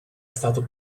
stato